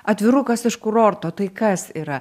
atvirukas iš kurorto tai kas yra